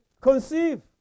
conceive